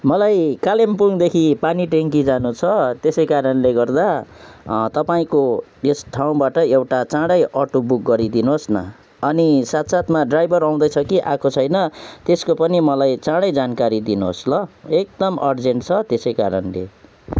मलाई कालिम्पोङदेखि पानीट्याङ्की जानु छ त्यसै कारणले गर्दा अँ तपाईँको यस ठाउँबाट एउटा चाँडै अटो बुक गरिदिनुहोस् न अनि साथसाथमा ड्राइभर आउँदैछ कि आएको छैन त्यसको पनि मलाई चाँडै जानकारी दिनुहोस् ल एकदम अर्जेन्ट छ त्यसै कारणले